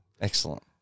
Excellent